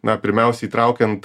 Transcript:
na pirmiausiai įtraukiant